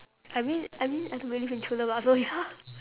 I mean I mean I don't believe in true love ah so ya